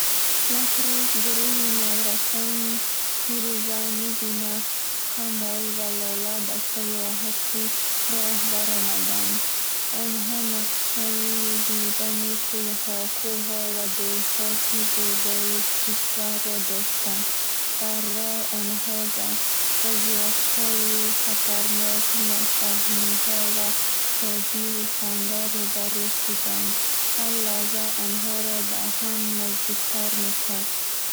Як рӯз гурӯҳи наврасон Фирӯз, Нигина, Камол ва Лола ба саёҳати роҳӣ баромаданд. Онҳо нақшаи дидани кӯлҳо, кӯҳҳо ва деҳоти зебои кишварро доштанд. Дар роҳ онҳо ба вазъиятҳои хатарнок, нофаҳмиҳо ва шодиву ханда рӯ ба рӯ шуданд. Ҳар лаҳза онҳоро ба ҳам наздиктар мекард.